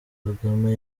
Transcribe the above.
kagame